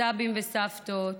סבים וסבתות.